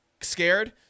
scared